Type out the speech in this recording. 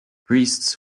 priests